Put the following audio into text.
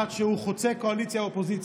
אחד שהוא חוצה קואליציה-אופוזיציה,